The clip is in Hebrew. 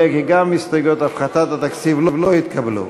הסתייגויות הפחתת התקציב לא התקבלו.